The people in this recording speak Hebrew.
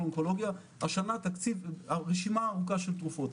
השנה רשימה ארוכה של תרופות.